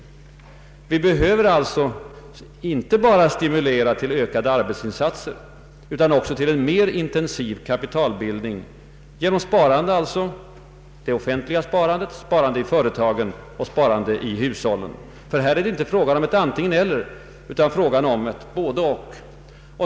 Vi behöver alltså inte bara stimulera till ökade arbetsinsatser utan också till en mer intensiv kapitalbildning genom sparande — det offentliga, i företagen och i hushållen. Det är här icke fråga om något antingen—eller, utan om ett både—och.